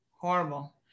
Horrible